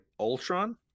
Ultron